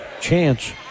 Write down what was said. chance